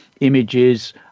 images